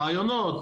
רעיונות,